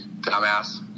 dumbass